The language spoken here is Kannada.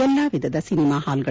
ಎಲ್ಲಾ ವಿಧದ ಸಿನಿಮಾ ಹಾಲ್ಗಳು